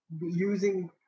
using